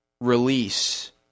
release